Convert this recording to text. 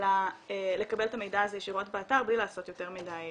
אלא לקבל את המידע הזה ישירות באתר בלי לעשות יותר מדי,